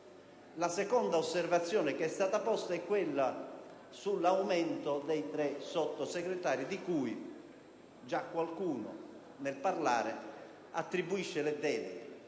La seconda osservazione che è stata fatta concerne l'aumento dei Sottosegretari, ai quali già qualcuno, nel parlare, attribuisce le deleghe.